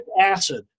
acid